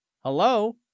Hello